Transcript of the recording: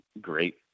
great